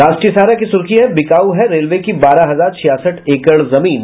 राष्ट्रीय सहारा की सुर्खी है विकाऊ है रेलवे की बारह हजार छियासठ एकड़ जमीन